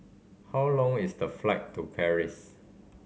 how long is the flight to Paris